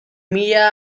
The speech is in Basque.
mila